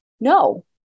no